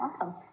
awesome